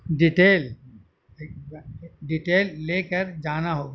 detail detail لے کر جانا ہوگا